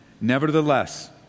Nevertheless